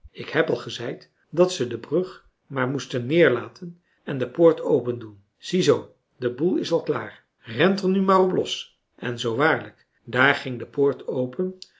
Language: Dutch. ik heb al gezeid dat ze de brug maar moesten neerlaten en de poort opendoen zie zoo de boel is al klaar rent er nu maar op los en zoo waarlijk daar ging de poort open